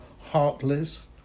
heartless